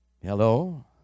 Hello